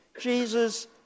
Jesus